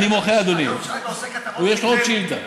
אני מוחה, אדוני, יש לו עוד שאילתה.